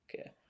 okay